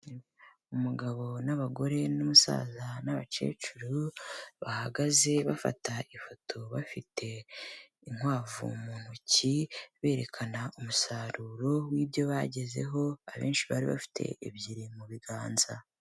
Umugabo n'abagore n'umusaza n'abakecuru, bahagaze bafata ifoto bafite inkwavu mu ntoki, berekana umusaruro w'ibyo bagezeho abenshi bari bafite ebyiri mu biganza.